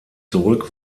zurück